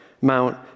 Mount